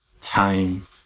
time